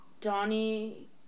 Donnie